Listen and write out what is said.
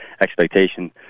expectation